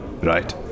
Right